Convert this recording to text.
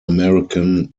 american